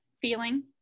feeling